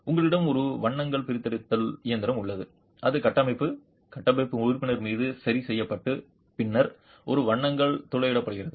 உங்களிடம் ஒரு வண்ணங்கள் பிரித்தெடுத்தல் இயந்திரம் உள்ளது அது கட்டமைப்பு கட்டமைப்பு உறுப்பினர் மீது சரி செய்யப்பட்டு பின்னர் ஒரு வண்ணங்கள் துளையிடப்படுகிறது